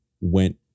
went